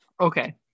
Okay